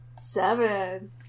seven